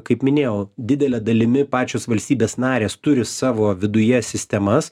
kaip minėjau didele dalimi pačios valstybės narės turi savo viduje sistemas